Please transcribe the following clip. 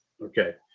Okay